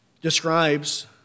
describes